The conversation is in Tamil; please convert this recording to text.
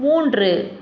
மூன்று